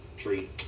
tree